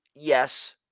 Yes